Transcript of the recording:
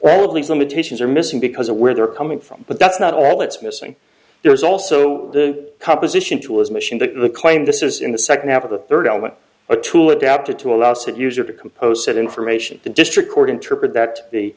well these limitations are missing because of where they're coming from but that's not all it's missing there's also the composition to his machine the claim this is in the second half of the third element a tool adapted to allow us at user to compose said information the district court interpret that the